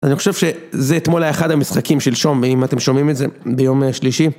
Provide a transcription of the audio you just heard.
אני חושב שזה אתמול היה אחד המשחקים שלשום, ואם אתם שומעים את זה, ביום שלישי.